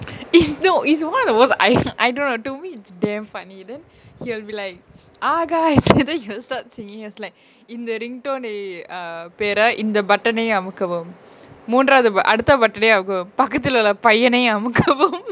is no is one of the worst I don't know to me is damn funny then hear will be like ஆகாயோ:aakaayo then he will start singing is like இந்த:intha ring tone னை:nai err பெர இந்த:pera intha button னை அமுக்கவும் மூன்றாவது:nai amukavum moonraavathu ba~ அடுத்த:adutha button னை அமுக்கவும் பக்கதுல உள்ள பையனை அமுக்கவும்:nai amukavum pakkathula ulla paiyanai amukavum